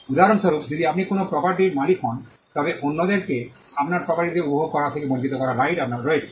উদাহরণস্বরূপ যদি আপনি কোনও প্রপার্টির মালিক হন তবে অন্যদেরকে আপনার প্রপার্টিতে উপভোগ করা থেকে বঞ্চিত করার রাইট আপনার রয়েছে